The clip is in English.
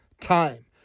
time